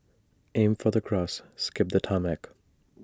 aim for the grass skip the tarmac